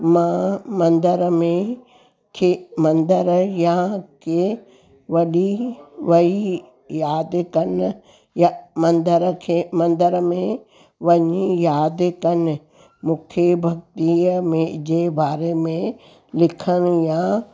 मां मंदर में खे मंदर या कंहिं वॾी वई यादि कनि या मंदर खे मंदर में वञी यादि कनि मूंखे भक्तीअ में जे बारे में लिखणु या